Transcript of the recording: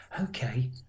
okay